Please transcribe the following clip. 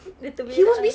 dia terberak ah